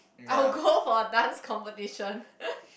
I will go for a dance competition (ppol)